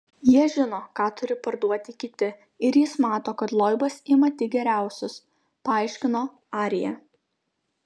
jie žino ką turi parduoti kiti ir jis mato kad loibas ima tik geriausius paaiškino arjė